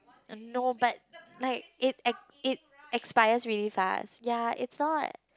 I don't know but like it ex~ it expires really fast ya it's not